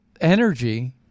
energy